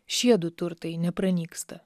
šiedu turtai nepranyksta